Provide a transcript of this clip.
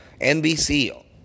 NBC